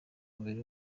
umubiri